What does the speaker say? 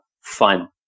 fun